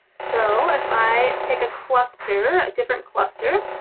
so if i pick a cluster, a different cluster.